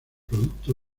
producto